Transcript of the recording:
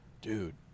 Dude